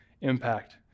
impact